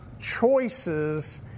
Choices